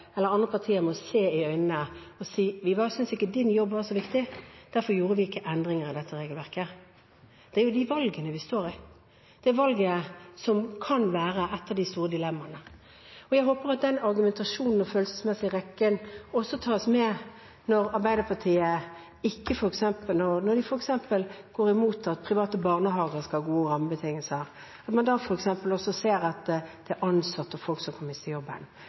i øynene og si: Vi synes ikke din jobb var så viktig, derfor gjorde vi ikke endringer i dette regelverket. Det er de valgene vi står i. Det er valget som kan være ett av de store dilemmaene. Jeg håper at den argumentasjonen og følelsesmessige reaksjonen også tas med når Arbeiderpartiet f.eks. går imot at private barnehager skal ha gode rammebetingelser, og om man da f.eks. også ser at det er ansatte og folk som kan miste jobben.